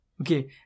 Okay